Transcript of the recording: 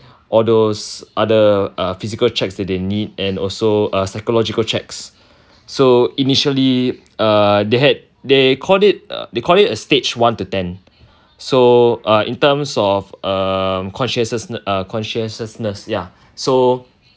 all those other uh physical checks that they need and also uh psychological checks so initially err they had they called it uh they called it a stage one to ten so uh in term of err conscientious~ conscientiousness ya so